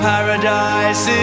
Paradise